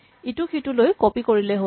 ইটোক সিটোলৈ কপি কৰিলেই হ'ল